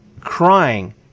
crying